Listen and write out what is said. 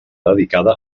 dedicada